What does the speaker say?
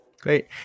Great